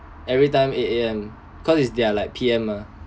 every time eight A_M cause it's their like P_M mah